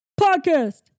podcast